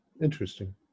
Interesting